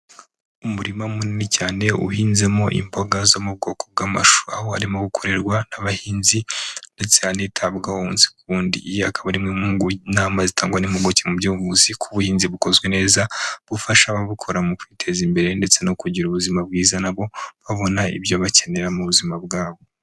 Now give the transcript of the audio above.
Umurima munini cyane uhinzemo imboga zo mu bwoko bw'amashu, aho harimo gukorerwa n'abahinzi ndetse hanitabwaho umunsi ku wundi, iyi akaba ari imwe mu nama zitangwa n'impuguke mu by'ubuvuzi ko ubuhinzi bukozwe neza bufasha ababukora mu kwiteza imbere, ndetse no kugira ubuzima bwiza, na bo babona ibyo bakenera mu buzima bwabo.